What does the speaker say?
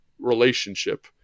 relationship